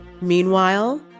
Meanwhile